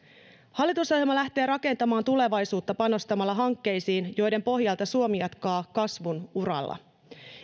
hallitusohjelma lähtee rakentamaan tulevaisuutta panostamalla hankkeisiin joiden pohjalta suomi jatkaa kasvun uralla